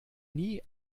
nie